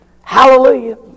Hallelujah